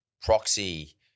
proxy